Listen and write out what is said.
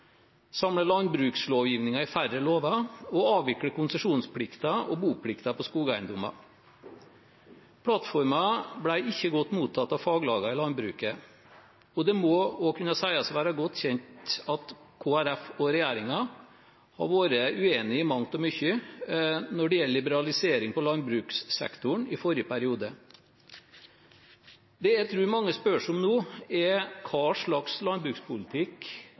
samle landbrukslovgivningen i færre lover og avvikle konsesjonsplikten og boplikten på skogeiendommer. Plattformen ble ikke godt mottatt av faglagene i landbruket, og det må også kunne sies å være godt kjent at Kristelig Folkeparti og regjeringen har vært uenige om mangt og mye når det gjelder liberalisering i landbrukssektoren i forrige periode. Det jeg tror mange spør seg om nå, er hva slags landbrukspolitikk